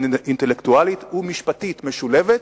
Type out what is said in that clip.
אינטלקטואלית ומשפטית משולבת,